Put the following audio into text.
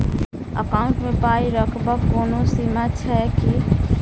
Account मे पाई रखबाक कोनो सीमा छैक की?